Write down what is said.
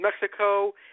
Mexico